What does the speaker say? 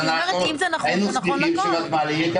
אם זה נכון, זה נכון לכול.